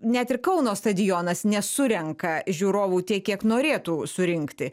net ir kauno stadionas nesurenka žiūrovų tiek kiek norėtų surinkti